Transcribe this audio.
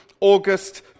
August